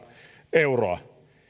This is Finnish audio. euroa